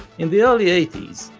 in the early eighties,